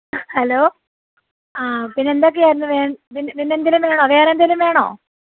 hello ആ പിന്നെ എന്തൊക്കെ ആയിരുന്നു വേ പിന്നെ എന്തെങ്കിലും വേണോ വേറെ എന്തെങ്കിലും വേണോ